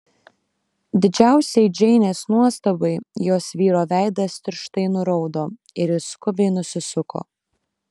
didžiausiai džeinės nuostabai jos vyro veidas tirštai nuraudo ir jis skubiai nusisuko